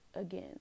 again